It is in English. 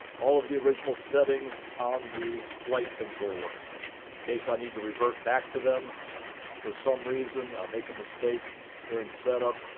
all of the original settings on the flight controller in case i need to revert back to them for some reason. if i make a mistake during setup,